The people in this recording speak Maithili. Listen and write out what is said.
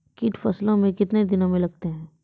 कीट फसलों मे कितने दिनों मे लगते हैं?